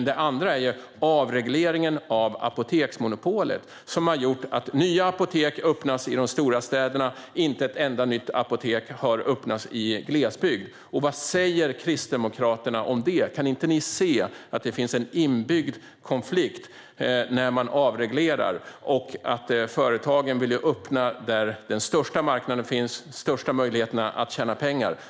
Den andra saken är avregleringen av apoteksmonopolet. Det har gjort att nya apotek öppnas i de stora städerna, inte ett enda nytt apotek har öppnats i glesbygd. Vad säger Kristdemokraterna om det? Kan ni inte se att det finns en inbyggd konflikt när man avreglerar? Företagen vill ju öppna apotek där den största marknaden och de största möjligheterna att tjäna pengar finns.